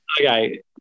Okay